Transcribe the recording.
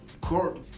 court